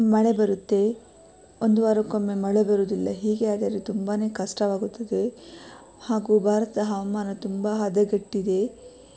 ಮಳೆ ಬರುತ್ತೆ ಒಂದು ವಾರಕ್ಕೊಮ್ಮೆ ಮಳೆ ಬರೋದಿಲ್ಲ ಹೀಗೆ ಆದರೆ ತುಂಬನೇ ಕಷ್ಟವಾಗುತ್ತದೆ ಹಾಗು ಭಾರತದ ಹವಾಮಾನ ತುಂಬ ಹದಗೆಟ್ಟಿದೆ